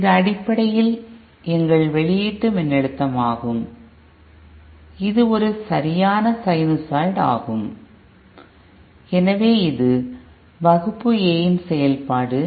இது அடிப்படையில் எங்கள் வெளியீட்டு மின்னழுத்தமாகும் இது ஒரு சரியான சைனசாய்டு ஆகும் எனவே இது வகுப்பு A இன் செயல்பாடு